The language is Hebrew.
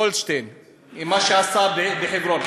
גולדשטיין עם מה שעשה בחברון.